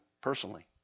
personally